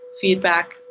feedback